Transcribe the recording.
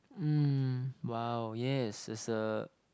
um !wow! yes it's a